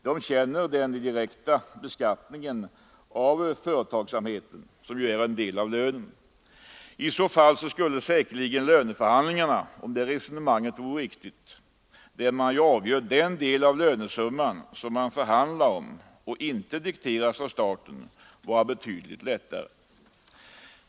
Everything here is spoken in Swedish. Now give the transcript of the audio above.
De känner den indirekta beskattningen av företagsamheten som en del av lönen. Om det resonemanget vore riktigt skulle säkerligen löneförhandlingarna — där man ju avgör den del av lönesumman som inte dikteras av staten — vara betydligt lättare.